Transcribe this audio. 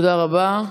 תודה רבה.